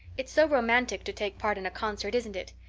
it's so romantic to take part in a concert, isn't it?